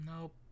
nope